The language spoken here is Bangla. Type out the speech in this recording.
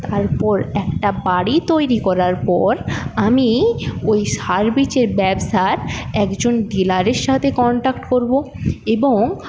তারপর একটা বাড়ি তৈরি করার পর আমি ওই সার বীজের ব্যবসার একজন ডিলারের সঙ্গে কনট্যাক্ট করব এবং